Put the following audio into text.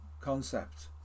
concept